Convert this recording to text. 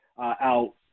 out